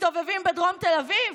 מסתובבים בדרום תל אביב,